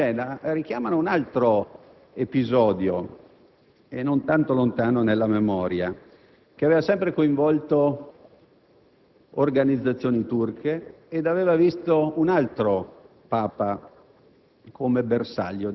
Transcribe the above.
Questi misteriosi colpi di scena richiamano un altro episodio, non tanto lontano nella memoria, che aveva coinvolto